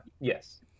yes